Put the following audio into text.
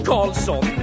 Carlson